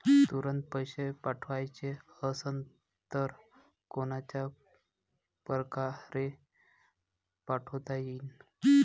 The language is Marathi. तुरंत पैसे पाठवाचे असन तर कोनच्या परकारे पाठोता येईन?